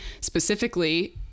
specifically